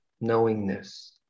knowingness